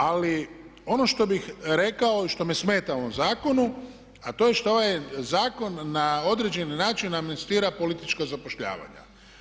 Ali ono što bih rekao i što me smeta u ovom zakonu a to je što ovaj zakon na određeni način amnestira politička zapošljavanja.